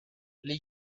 lee